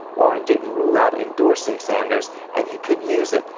or and didn't rule out endorsing sanders, and he could use it.